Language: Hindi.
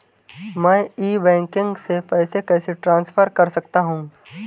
मैं ई बैंकिंग से पैसे कैसे ट्रांसफर कर सकता हूं?